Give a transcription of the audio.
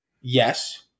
yes